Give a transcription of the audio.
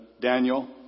Daniel